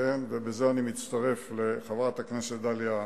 ובזה אני מצטרף לחברת הכנסת דליה איציק.